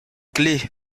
clefs